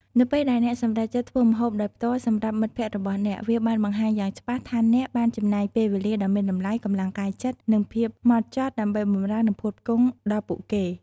នៅពេលដែលអ្នកសម្រេចចិត្តធ្វើម្ហូបដោយផ្ទាល់សម្រាប់មិត្តភក្តិរបស់អ្នក វាបានបង្ហាញយ៉ាងច្បាស់ថាអ្នកបានចំណាយពេលវេលាដ៏មានតម្លៃ កម្លាំងកាយចិត្ត និងភាពហ្មត់ចត់ដើម្បីបម្រើនិងផ្គត់ផ្គង់ដល់ពួកគេ។